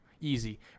Easy